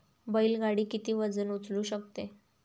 बैल गाडी किती वजन उचलू शकते?